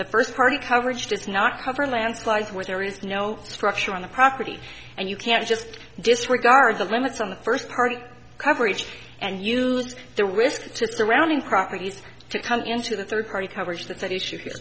the first part of coverage does not cover landslides where there is no structure on the property and you can't just disregard the limits on the first part of coverage and use the risk to surrounding properties to come into the third party coverage that's at issue here